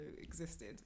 existed